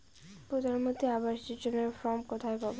প্রধান মন্ত্রী আবাস যোজনার ফর্ম কোথায় পাব?